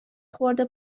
خورده